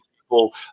people